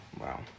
Wow